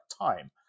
time